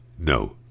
No